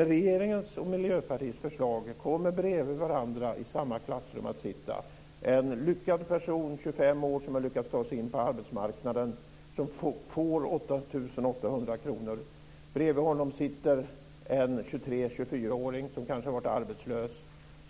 Med regeringens och Miljöpartiets förslag kommer i samma klassrum att sitta en lyckad person på 25 år som lyckats ta sig in på arbetsmarknaden och som får 8 800 kr och bredvid honom en 23-24-åring som kanske varit arbetslös,